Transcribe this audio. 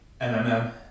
MMM